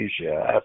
Asia